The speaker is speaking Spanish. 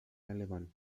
alemán